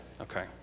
Okay